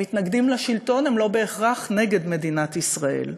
הם מתנגדים לשלטון, הם לא בהכרח נגד מדינת ישראל.